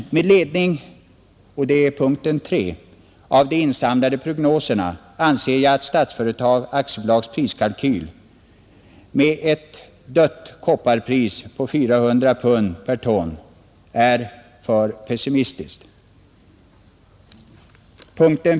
Med ledning av de insamlade prognoserna anser jag att Statsföretag AB:s priskalkyl med ett dött kopparpris på 400 pund per ton är för pessimistiskt.